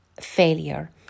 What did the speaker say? Failure